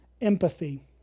empathy